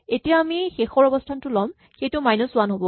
এতিয়া আমি শেষৰ অৱস্হানটো ল'ম সেইটো মাইনাচ ৱান হ'ব